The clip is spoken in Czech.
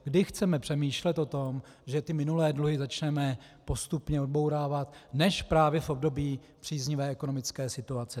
Kdy chceme přemýšlet o tom, že ty minulé dluhy začneme postupně odbourávat, než právě v období příznivé ekonomické situace?